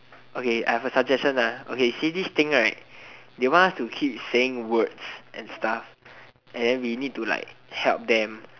okay I have a suggestion ah see this thing right they want us to keep saying words and stuff and we need to like help them